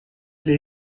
les